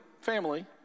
family